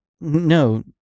No